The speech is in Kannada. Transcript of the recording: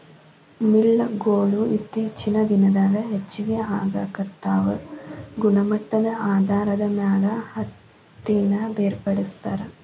ಮಿಲ್ ಗೊಳು ಇತ್ತೇಚಿನ ದಿನದಾಗ ಹೆಚಗಿ ಆಗಾಕತ್ತಾವ ಗುಣಮಟ್ಟದ ಆಧಾರದ ಮ್ಯಾಲ ಹತ್ತಿನ ಬೇರ್ಪಡಿಸತಾರ